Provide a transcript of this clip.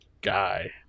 guy